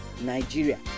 Nigeria